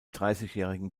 dreißigjährigen